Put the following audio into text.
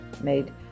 made